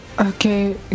Okay